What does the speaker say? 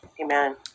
Amen